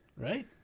right